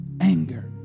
anger